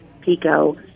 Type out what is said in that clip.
Pico